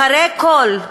אחרי הכול,